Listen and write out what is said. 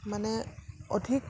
মানে অধিক